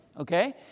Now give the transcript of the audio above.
Okay